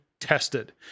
Tested